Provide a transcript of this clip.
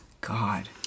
God